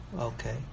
Okay